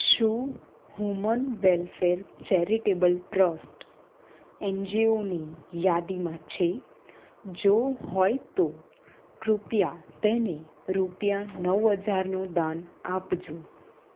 શું human welfare charitable trust N G ઓની યાદીમાં છે જો હોય તો કૃપયા તેને રૂપિયા નવ હજારનું દાન આપજો